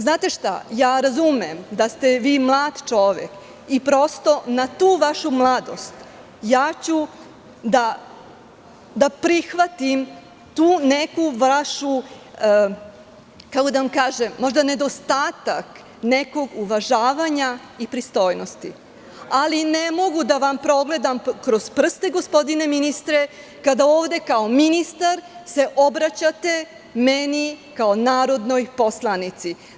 Znate šta, ja razumem da ste vi mlad čovek i prosto na tu vašu mladost prihvatiću taj vaš, kako da vam kažem, nedostatak nekog uvažavanja i pristojnosti, ali ne mogu da vam progledam kroz prste, gospodine ministre, kada ovde kao ministar se obraćate meni kao narodnoj poslanici.